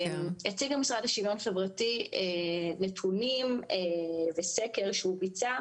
הציג המשרד לשוויון חברתי נתונים וסקר שהוא ביצע,